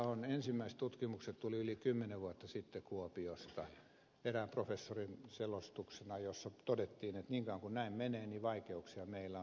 tästä ensimmäiset tutkimukset tulivat yli kymmenen vuotta sitten kuopiosta erään professorin selostuksena jossa todettiin että niin kauan kuin näin menee vaikeuksia meillä on